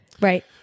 Right